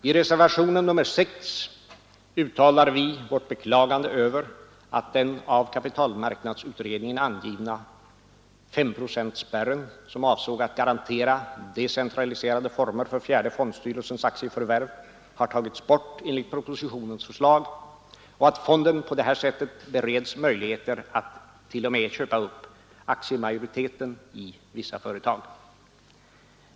I reservationen nr 6 uttalar vi vårt beklagande av att den av kapitalmarknadsutredningen angivna S-procentsspärren, som avsåg att garantera decentraliserade former för fjärde fondstyrelsens aktieförvärv, har tagits bort enligt propositionens förslag och att fonden på det här sättet bereds möjligheter att t.o.m. köpa upp aktiemajoriteten i vissa företag.